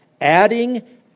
adding